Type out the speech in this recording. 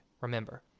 remember